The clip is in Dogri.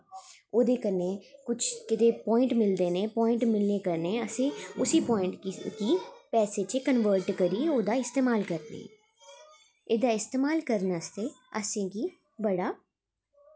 ओह्दे कन्नै कुछ प्वाइंट मिलदे न प्वाइंट मिलने कन्नै असें उसी प्वाइंट गी पैसे च कन्वर्ट करियै एह्दा एस्तेमाल करदे एह्दा इस्तेमाल करने आस्तै असें गी बड़ा